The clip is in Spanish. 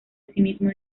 asimismo